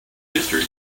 history